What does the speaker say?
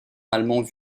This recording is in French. allemand